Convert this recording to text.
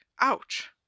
ouch